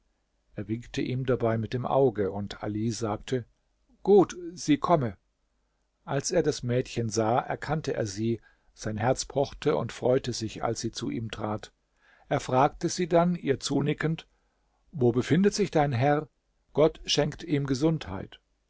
er winkte ihm dabei mit dem auge und ali sagte gut sie komme als er das mädchen sah erkannte er sie sein herz pochte und freute sich als sie zu ihm trat er fragte sie dann ihr zunickend wie befindet sich dein herr gott schenkt ihm gesundheit